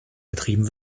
betrieben